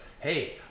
hey